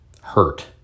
hurt